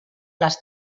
les